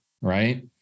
right